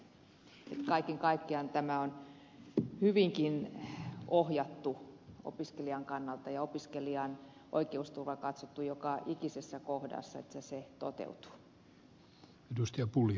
kaiken kaikkiaan tämä on hyvinkin ohjattu opiskelijan kannalta ja opiskelijan oikeusturvaa katsottu joka ikisessä kohdassa että se toteutuu